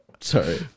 Sorry